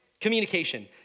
Communication